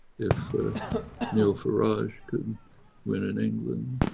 if nigel farage couldn't win in england,